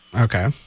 Okay